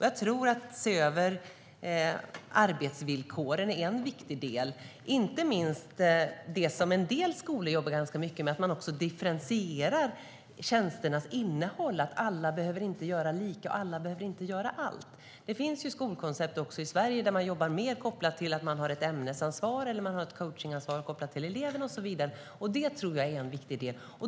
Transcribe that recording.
Jag tror att en viktig del är att se över arbetsvillkoren, inte minst det som vissa skolor jobbar med. De differentierar tjänsternas innehåll - alla behöver inte göra lika, och alla behöver inte göra allt. Det finns skolkoncept även i Sverige där man jobbar mer kopplat till att man har ett ämnesansvar eller ett coachningsansvar kopplat till eleverna och så vidare. Det tror jag är en viktig del.